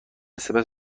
سپس